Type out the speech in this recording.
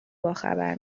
باخبر